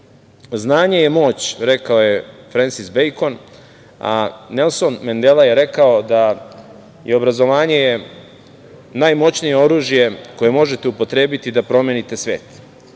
znanje je moć, rekao je Frensis Bejkon, a Nelson Mendela je rekao da je obrazovanje najmoćnije oružje koje možete upotrebiti da promenite